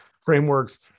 frameworks